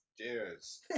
Cheers